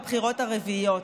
בבחירות הרביעיות.